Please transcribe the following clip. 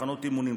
מחנות אימונים,